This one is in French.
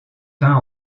peint